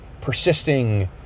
persisting